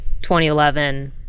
2011